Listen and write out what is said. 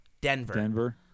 Denver